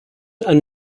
and